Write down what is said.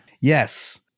Yes